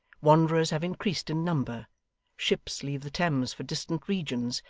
wanderers have increased in number ships leave the thames for distant regions,